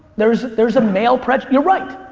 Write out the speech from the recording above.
there's there's a male prejudice, you're right.